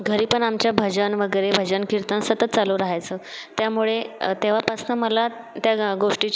घरी पण आमच्या भजन वगैरे भजन कीर्तन सतत चालू राहायचं त्यामुळे तेव्हापासून मला त्या गा गोष्टीची